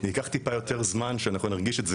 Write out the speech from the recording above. זה ייקח טיפה יותר זמן שאנחנו נרגיש את זה,